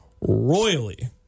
royally